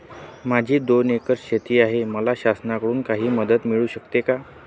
माझी दोन एकर शेती आहे, मला शासनाकडून काही मदत मिळू शकते का?